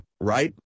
right